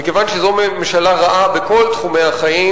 וכיוון שזו ממשלה רעה בכל תחומי החיים,